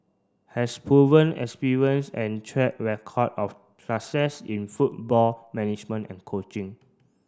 has proven experience and track record of success in football management and coaching